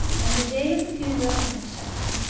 and the day of the funeral had been settled.